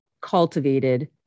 cultivated